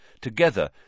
Together